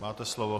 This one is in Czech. Máte slovo.